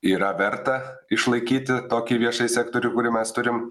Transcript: yra verta išlaikyti tokį viešąjį sektorių kurį mes turime